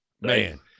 Man